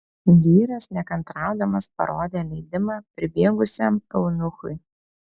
vyras nekantraudamas parodė leidimą pribėgusiam eunuchui